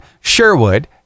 Sherwood